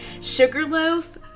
Sugarloaf